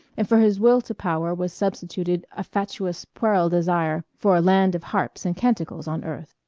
and for his will to power was substituted a fatuous puerile desire for a land of harps and canticles on earth.